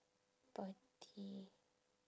party